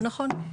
נכון, נכון.